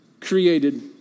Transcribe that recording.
created